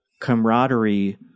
camaraderie